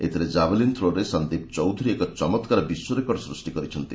ଏଥିରେ ଜାଭେଲିନ୍ ଥ୍ରୋରେ ସନ୍ଦୀପ ଚୌଧୁରୀ ଏକ ଚମତ୍କାର ବିଶ୍ୱରେକର୍ଡ ସୃଷ୍ଟି କରିଛନ୍ତି